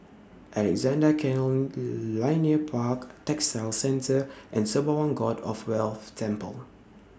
Alexandra Canal Linear Park Textile Centre and Sembawang God of Wealth Temple